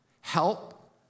help